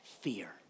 fear